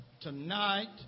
tonight